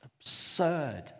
absurd